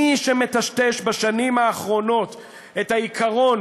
מי שמטשטש בשנים האחרונות את העיקרון